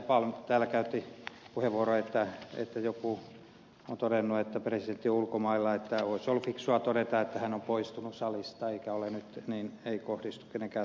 palm täällä käytti puheenvuoron että joku on todennut että presidentti on ulkomailla niin olisi ollut fiksua todeta että tämä on poistunut salista eikä ole nyt täällä niin että se ei kohdistuisi keneenkään salissa olevaan